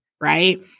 right